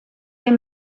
wir